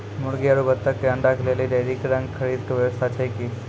मुर्गी आरु बत्तक के अंडा के लेली डेयरी रंग के खरीद के व्यवस्था छै कि?